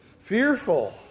fearful